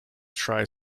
try